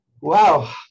Wow